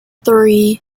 three